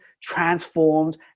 transformed